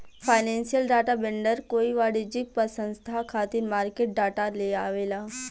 financial data vendor कोई वाणिज्यिक पसंस्था खातिर मार्केट डाटा लेआवेला